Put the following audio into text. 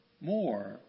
more